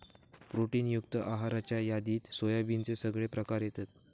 protein युक्त आहाराच्या यादीत सोयाबीनचे सगळे प्रकार येतत